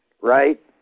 right